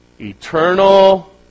Eternal